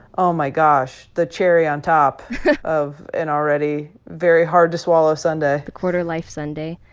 oh, my gosh, the cherry on top of an already very hard to swallow sundae. the quarter-life sundae.